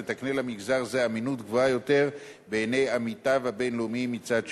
ותקנה למגזר זה אמינות גבוהה יותר בעיני עמיתיו הבין-לאומיים מצד שני.